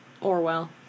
Orwell